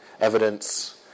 evidence